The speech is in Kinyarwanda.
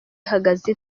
ihagaze